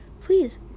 please